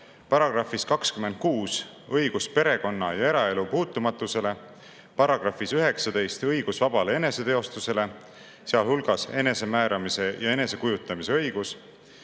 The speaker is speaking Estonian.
§‑s 26 õigus perekonna- ja eraelu puutumatusele, §‑s 19 õigus vabale eneseteostusele, sealhulgas enesemääramise ja enesekujutamise õigus,